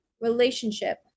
relationship